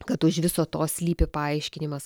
kad už viso to slypi paaiškinimas